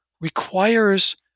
requires